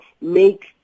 make